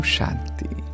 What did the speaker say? Shanti